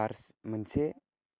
बारसे मोनसे